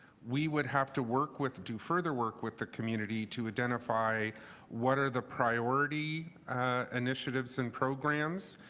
we would have to work with, do further work with the community to identify what are the priority initiatives and programs.